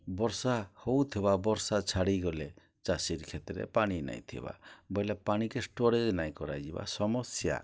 ବର୍ଷା ହଉଥିବା ବର୍ଷା ଛାଡ଼ିଗଲେ ଚାଷିର୍ କ୍ଷେତ୍ରେ ପାଣି ନାଇଁ ଥିବା ବଏଲେ ପାଣିକେ ଷ୍ଟୋରେଜ୍ ନାଇଁ କରାଯିବା ସମସ୍ୟା